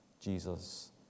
Jesus